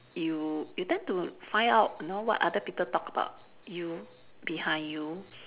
you you tend to find out you know what other people talk about you behind you